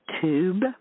tube